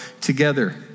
together